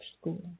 school